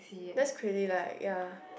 that's crazy like ya